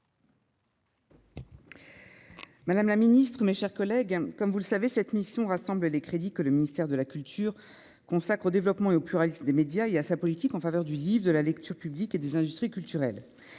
Madame la Ministre, mes chers collègues, comme vous le savez, cette mission rassemble les crédits que le ministère de la Culture consacre au développement et au pluralisme des médias, il a sa politique en faveur du de la lecture publique et des industries culturelles,